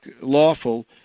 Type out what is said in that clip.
lawful